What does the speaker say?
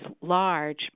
large